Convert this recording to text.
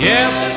Yes